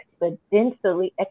exponentially